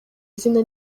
izina